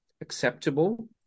acceptable